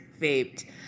vaped